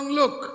look